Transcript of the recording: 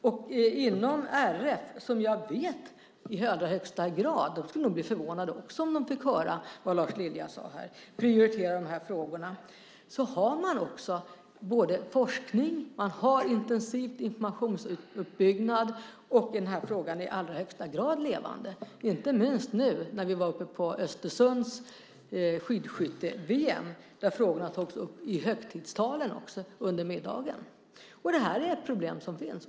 Inom RF, som jag vet i allra högsta grad - de skulle nog också bli förvånade om de fick höra vad Lars Lilja här sagt - prioriterar de här frågorna, har man också forskning och en intensiv informationsuppbyggnad. Där är den här frågan i allra högsta grad levande. Så var det inte minst när vi var i Östersund på skidskytte-VM. De här frågorna togs upp också i högtidstalen under middagen där. Problemet finns.